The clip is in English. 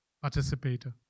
participator